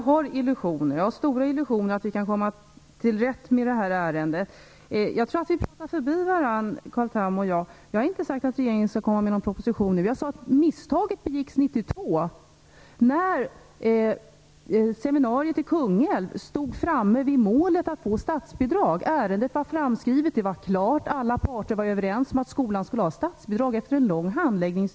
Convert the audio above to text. Fru talman! Jag har stora illusioner om att vi kan komma till rätta med det här ärendet. Jag tror dock att Carl Tham och jag pratar förbi varandra. Jag har inte sagt att regeringen skall komma med en proposition nu, utan jag sade att misstaget begicks 1992 när seminariet i Kungälv stod vid målet att få statsbidrag. Ärendet var framskrivet. Det var klart och alla parter var efter en lång handläggningstid, över ett år, överens om att skolan skulle ha statsbidrag.